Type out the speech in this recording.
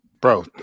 Bro